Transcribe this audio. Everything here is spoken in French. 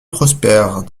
prospères